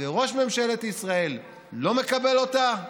וראש ממשלת ישראל לא מקבל אותה?